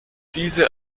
diese